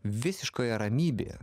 visiškoje ramybėje